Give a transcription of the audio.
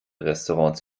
restaurant